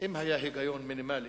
שאם היה היגיון מינימלי